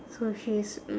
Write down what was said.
so she's mm